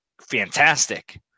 fantastic